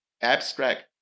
abstract